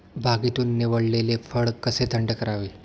बागेतून निवडलेले फळ कसे थंड करावे?